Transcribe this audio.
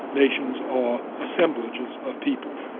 nations are assemblages of people.